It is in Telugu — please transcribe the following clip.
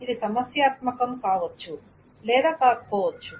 ఇది సమస్యాత్మకం కావచ్చు లేదా కాకపోవచ్చు